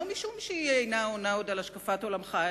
לא משום שהיא אינה עונה עוד על השקפת עולמך,